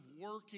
working